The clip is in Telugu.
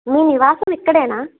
మీ నివాసం ఇక్కడేనా